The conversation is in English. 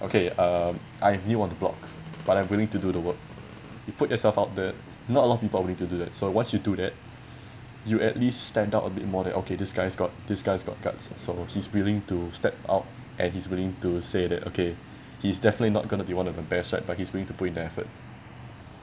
okay uh I view on the block but I'm willing to do the work you put yourself out there not a lot of people willing to do that so once you do that you at least stand out a bit more than okay this guy's got this guy's got guts so he's willing to step out and he's willing to say that okay he's definitely not going to be one of the best right but he's willing to put in effort